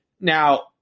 Now